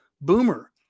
Boomer